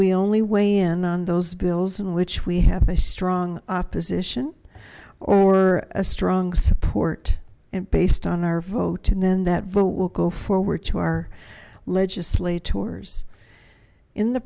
we only weigh in on those bills in which we have a strong opposition or a strong support and based on our vote and then that vote will go forward to our legislators in the